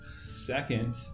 Second